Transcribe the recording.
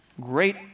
great